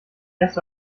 erste